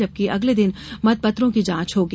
जबकि अगले दिन मतपत्रों की जांच होगी